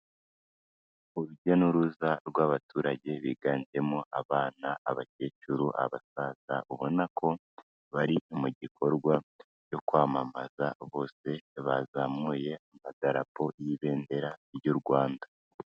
Urujya n'uruza rw'abaturage biganjemo abana, abakecuru, abasaza, ubona ko bari mu gikorwa cyo kwamamaza bose bazamuye amadarapo y'ibendera ry'u Rwanda.